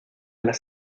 las